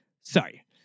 Sorry